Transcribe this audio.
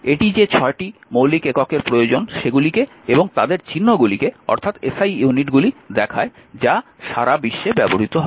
এটি যে 6টি মৌলিক এককের প্রয়োজন সেগুলিকে এবং তাদের চিহ্নগুলিকে অর্থাৎ SI ইউনিটগুলি দেখায় যা সারা বিশ্বে ব্যবহৃত হয়